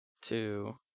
two